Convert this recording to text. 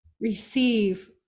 receive